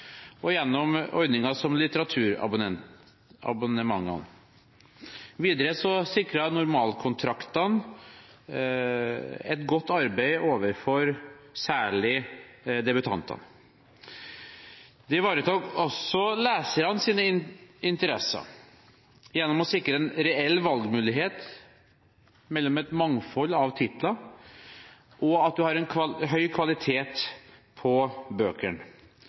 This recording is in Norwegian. og gjennom ordninger som litteraturabonnementer. Videre sikret normalkontraktene et godt arbeid overfor særlig debutantene. Vi ivaretok også lesernes interesser ved å sikre en reell valgmulighet mellom et mangfold av titler og at man har høy kvalitet på